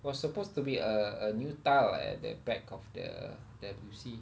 was supposed to be a a new tile at the back of the W_C